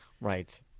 right